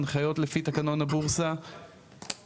הנחיות לפי תקנון הבורסה מוגדרות,